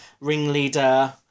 ringleader